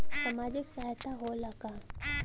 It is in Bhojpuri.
सामाजिक सहायता होला का?